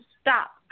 stop